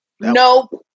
Nope